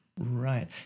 Right